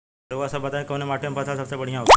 रउआ सभ बताई कवने माटी में फसले सबसे बढ़ियां होखेला?